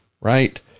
right